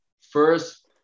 first